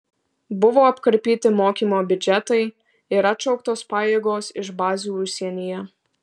buvo apkarpyti mokymo biudžetai ir atšauktos pajėgos iš bazių užsienyje